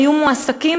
היו מועסקים,